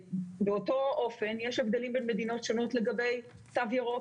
באותו אופן יש הבדלים בין מדינות שונות לגבי תו ירוק.